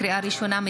לקריאה ראשונה,